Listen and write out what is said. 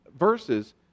verses